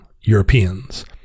Europeans